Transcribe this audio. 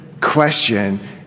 question